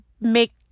make